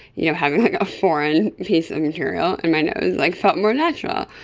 you know having like a foreign piece of material in my nose like felt more natural.